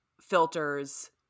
filters